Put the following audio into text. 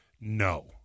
no